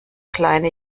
kleine